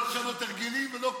לא לשנות הרגלים ולא כלום.